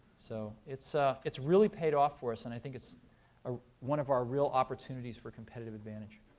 so it's it's really paid off for us, and i think it's ah one of our real opportunities for competitive advantage. yeah,